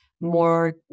more